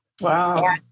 Wow